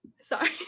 Sorry